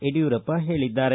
ಯಡಿಯೂರಪ್ಪ ಹೇಳಿದ್ದಾರೆ